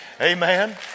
Amen